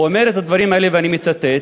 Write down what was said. הוא אומר את הדברים האלה, ואני מצטט: